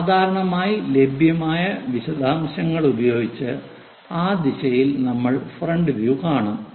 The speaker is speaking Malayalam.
സാധാരണയായി ലഭ്യമായ വിശദാംശങ്ങൾ ഉപയോഗിച്ച് ആ ദിശയിൽ നമ്മൾ ഫ്രണ്ട് വ്യൂ കാണും